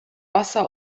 wasser